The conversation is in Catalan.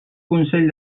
consell